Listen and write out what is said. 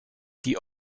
die